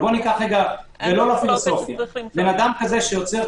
אדם כזה,